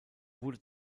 wurde